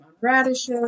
radishes